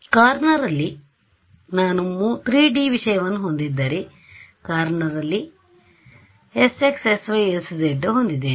ಕಾರ್ನರಲ್ಲಿ ನಾನು 3D ವಿಷಯವನ್ನು ಹೊಂದಿದ್ದರೆ ಕಾರ್ನರಲ್ಲಿ sx sy sz ಹೊಂದಿದ್ದೇನೆ